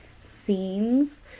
scenes